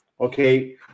Okay